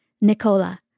Nicola